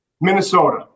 Minnesota